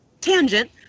tangent